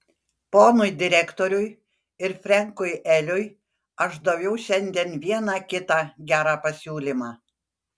ponui direktoriui ir frenkui eliui aš daviau šiandien vieną kitą gerą pasiūlymą